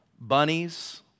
bunnies